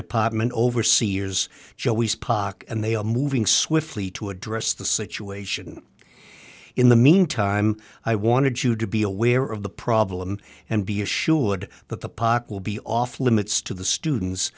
department overseers joeys poc and they are moving swiftly to address the situation in the meantime i wanted you to be aware of the problem and be assured that the pot will be off limits to the students